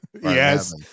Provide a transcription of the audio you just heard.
yes